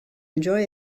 enjoy